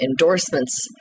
endorsements